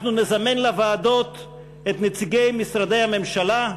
אנחנו נזמן לוועדות את נציגי משרדי הממשלה,